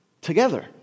together